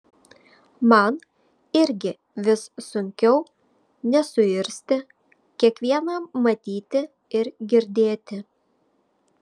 man irgi vis sunkiau nesuirzti kiekvieną matyti ir girdėti